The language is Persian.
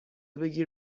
بگیر